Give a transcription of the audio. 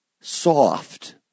soft